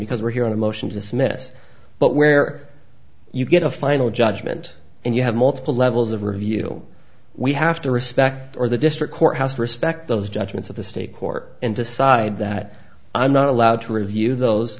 because we're hearing a motion to dismiss but where you get a final judgment and you have multiple levels of review we have to respect or the district courthouse to respect those judgments of the state court and decide that i'm not allowed to review those